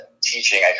teaching